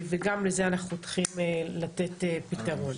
וגם לזה אנחנו צריכים לתת פתרון.